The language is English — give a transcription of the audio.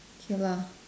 K lah